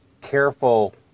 careful